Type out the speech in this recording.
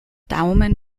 daumen